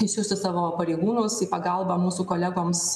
nusiųsti savo pareigūnus į pagalbą mūsų kolegoms